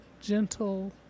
gentle